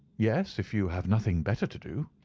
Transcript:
yes, if you have nothing better to do.